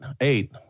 eight